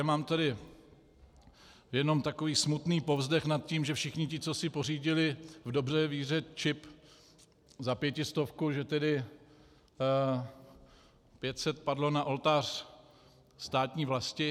Mám jenom takový smutný povzdech nad tím, že všichni ti, co si pořídili v dobré víře čip za pětistovku, že tedy pět set padlo na oltář státní vlasti.